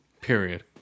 Period